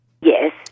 Yes